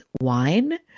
wine